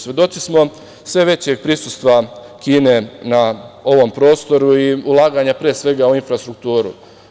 Svedoci smo sve većeg prisustva, Kine na ovom prostoru i ulaganja pre svega u infrastrukturu.